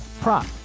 prop